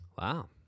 wow